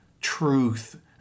truth